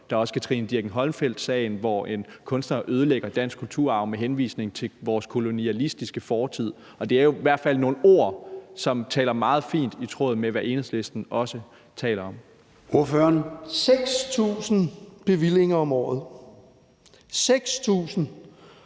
Der er også Katrine Dirckinck-Holmfeld-sagen, hvor en kunstner ødelægger dansk kulturarv med henvisning til vores kolonialistiske fortid. Og det er i hvert fald nogle ord, som går meget fint i tråd med, hvad Enhedslisten også taler om. Kl. 21:11 Formanden (Søren Gade):